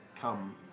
come